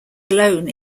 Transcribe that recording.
alone